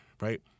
right